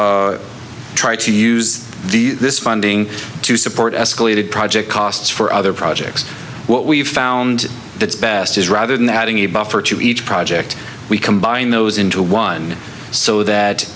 also try to use the this fall ending to support escalated project costs for other projects what we've found its best is rather than adding a buffer to each project we combine those into one so that